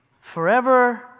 forever